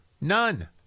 None